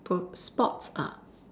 p~ sports ah